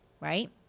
right